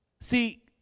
See